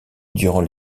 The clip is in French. durant